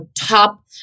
top